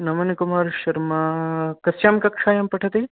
नमनकुमार् शर्मा कस्यां कक्षायां पठति